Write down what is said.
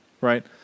right